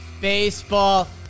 baseball